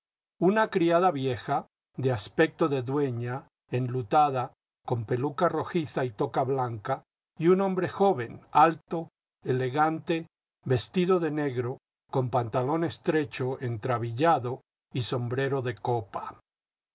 una criada vieja de aspecto de dueña enlutada con peluca rojiza y toca blanca y un hombre joven alto elegante vestido de negro con pantalón estrecho entrabillado y sombrero de copa